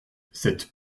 cette